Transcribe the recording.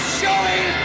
showing